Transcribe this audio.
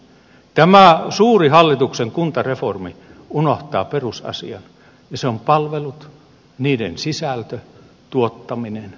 tämä suuri hallituksen kuntareformi unohtaa perusasian ja se on palvelut niiden sisältö tuottaminen organisointi